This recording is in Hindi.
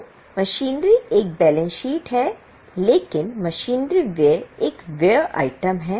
तो मशीनरी एक बैलेंस शीट है लेकिन मशीनरी व्यय एक व्यय आइटम है